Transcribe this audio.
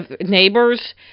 Neighbors